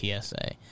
PSA